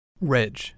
Reg